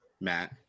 Matt